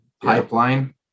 pipeline